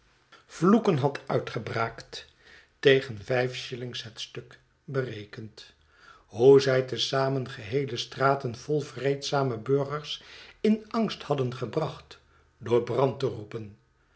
vloeken had uitgebraakt tegen vijf shillings het stuk berekend hoe zij te zamen geheele straten vol vreedzame burgers in angst hadden gebracht door brand te roepen